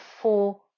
four